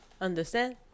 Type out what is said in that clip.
Understand